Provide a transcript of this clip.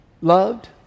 loved